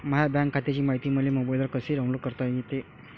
माह्या बँक खात्याची मायती मले मोबाईलवर कसी डाऊनलोड करता येते?